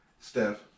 Steph